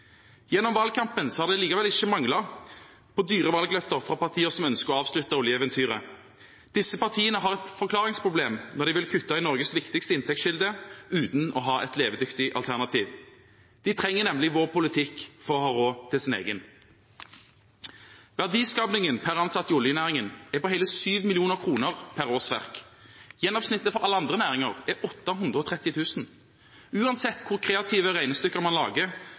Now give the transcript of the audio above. Gjennom valgkampen har det likevel ikke manglet på dyre valgløfter fra partier som ønsker å avslutte oljeeventyret. Disse partiene har et forklaringsproblem når de vil kutte i Norges viktigste inntektskilde uten å ha et levedyktig alternativ. De trenger nemlig vår politikk for å ha råd til sin egen. Verdiskapingen per ansatt i oljenæringen er på hele 7 mill. kr per årsverk. Gjennomsnittet for alle andre næringer er 830 000 kr. Uansett hvor kreative regnestykker man lager,